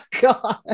God